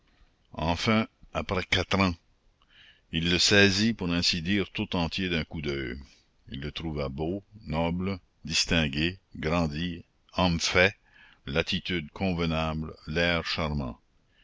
enfin après quatre ans il le saisit pour ainsi dire tout entier d'un coup d'oeil il le trouva beau noble distingué grandi homme fait l'attitude convenable l'air charmant